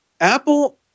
Apple